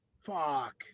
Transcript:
Fuck